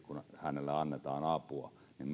hänelle annetaan apua niin